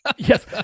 Yes